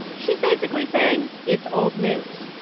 she's basically saying it's old news.